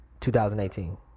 2018